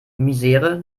misere